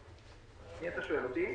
אתה שואל אותי?